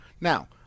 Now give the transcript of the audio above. Now